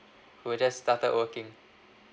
who just started working